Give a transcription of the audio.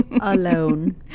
alone